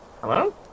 Hello